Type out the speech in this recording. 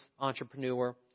entrepreneur